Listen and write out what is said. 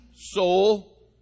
soul